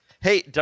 Hey